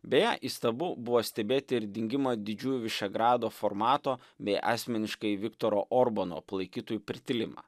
beje įstabu buvo stebėti ir dingimo didžiųjų šegrado formato bei asmeniškai viktoro orbano palaikytojų pritylimą